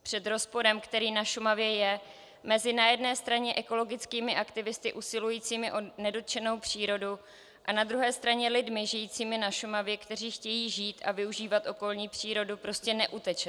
Před rozporem, který na Šumavě je mezi na jedné straně ekologickými aktivisty usilujícími o nedotčenou přírodu a na druhé straně lidmi žijícími na Šumavě, kteří chtějí žít a využívat okolní přírodu, prostě neutečete.